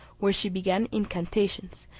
where she began incantations,